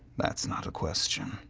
that's not a question.